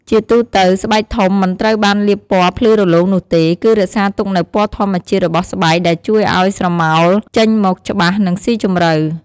ជាទូទៅ ស្បែកធំមិនត្រូវបានលាបពណ៌ភ្លឺរលោងនោះទេ គឺរក្សាទុកនូវពណ៌ធម្មជាតិរបស់ស្បែកដែលជួយឲ្យស្រមោលចេញមកច្បាស់ និងស៊ីជម្រៅ។